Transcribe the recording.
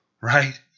right